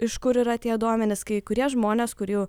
iš kur yra tie duomenys kai kurie žmonės kurių